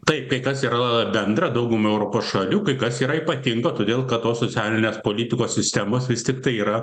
taip kai kas yra bendra daugumai europos šalių kai kas yra ypatinga todėl kad tos socialinės politikos sistemos vis tiktai yra